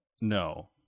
no